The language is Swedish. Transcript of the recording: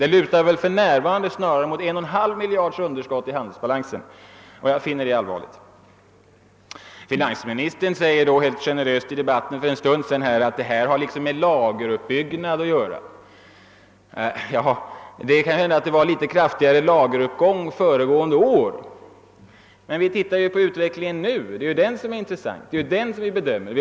Det lutar för närvarande snarare mot en och en halv miljards underskott i handelsbalansen. Jag finner detta allvarligt. Finansministern sade helt generöst i debatten här för en stund sedan att detta har en del med lageruppbyggnad att göra. Ja, det kan hända att det var litet kraftigare lageruppgång föregående år, men vi tittar ju på utvecklingen nu — det är den som är intressant. Det är den som vi bedömer.